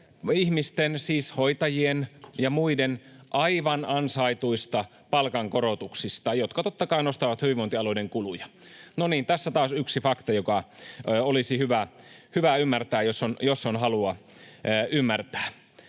sote-ihmisten, siis hoitajien ja muiden, aivan ansaituista palkankorotuksista, jotka totta kai nostavat hyvinvointialueiden kuluja. No niin, tässä taas yksi fakta, joka olisi hyvä ymmärtää, jos on halua ymmärtää.